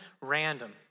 random